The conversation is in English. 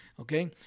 Okay